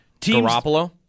Garoppolo